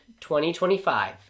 2025